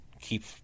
keep